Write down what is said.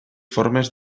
formes